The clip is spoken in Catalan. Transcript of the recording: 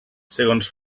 segons